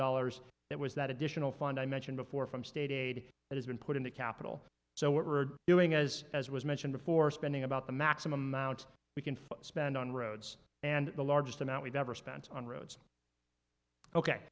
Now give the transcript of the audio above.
dollars that was that additional funding mentioned before from state aid that has been put in the capital so what we're doing as as was mentioned before spending about the maximum amount we can for spend on roads and the largest amount we've ever spent on roads ok